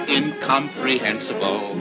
incomprehensible